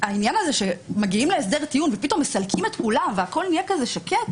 העניין הזה שמגיעים להסדר טיעון ופתאום מסלקים את כולם והכול נהיה שקט,